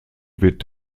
wird